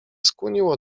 skłoniło